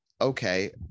okay